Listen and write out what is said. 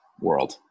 world